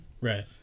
Right